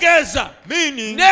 Meaning